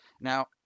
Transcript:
Now